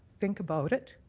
think about it.